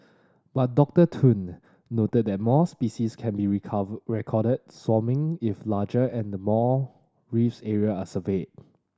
but Doctor Tun noted that more species can be recover recorded if larger and more reef areas are surveyed